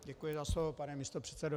Děkuji za slovo, pane místopředsedo.